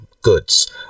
goods